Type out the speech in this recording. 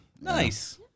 Nice